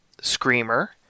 Screamer